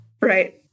Right